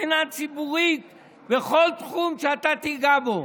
מבחינה ציבורית בכל תחום שאתה תיגע בו,